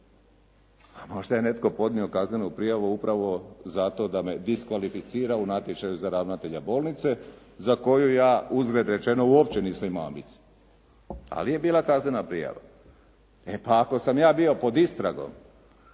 A možda je netko podnio kaznenu prijavu upravo zato da me diskvalificira u natječaju za ravnatelja bolnice za koju ja, uzgred rečeno, uopće nisam imao ambicije. Ali je bila kaznena prijava. E pa ako sam ja bio pod istragom,